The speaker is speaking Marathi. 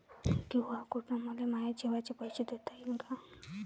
क्यू.आर कोड न मले माये जेवाचे पैसे देता येईन का?